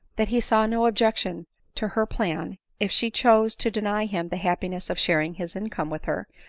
that he saw no objection to her plan, if she chose to deny him the happiness of sharing his income with her,